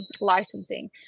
licensing